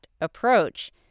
approach